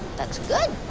that's good.